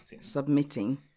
submitting